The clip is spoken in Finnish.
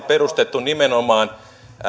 perustettu nimenomaan